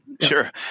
Sure